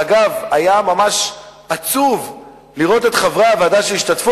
ואגב היה ממש עצוב לראות את חברי הוועדה שהשתתפו.